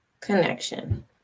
connection